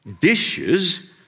dishes